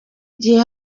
igihe